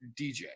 DJ